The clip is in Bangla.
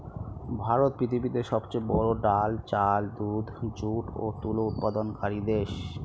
ভারত পৃথিবীতে সবচেয়ে বড়ো ডাল, চাল, দুধ, যুট ও তুলো উৎপাদনকারী দেশ